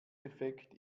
effekt